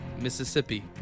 Mississippi